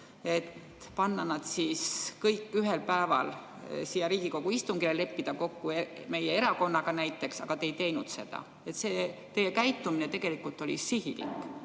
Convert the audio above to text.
et panna nad kõik ühel päeval siia Riigikogu istungile, leppida kokku meie erakonnaga näiteks, aga te ei teinud seda. Teie käitumine tegelikult oli sihilik